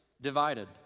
divided